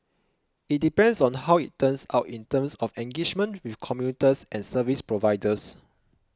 it depends on how it turns out in terms of engagement with commuters and service providers